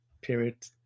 period